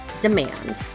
demand